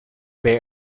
bay